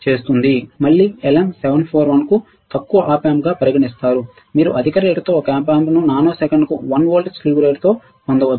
మళ్ళీ LM741 ను తక్కువ Op amp గా పరిగణిస్తారు మీరు అధిక రేటుతో ఒక Op amp ను నానోసెకండ్కు 1 వోల్ట్ స్లీవ్ రేట్ తో పొందవచ్చు